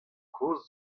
kozh